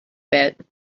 bit